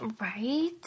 Right